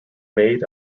made